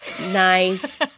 nice